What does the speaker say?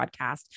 Podcast